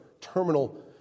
terminal